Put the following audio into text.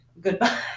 goodbye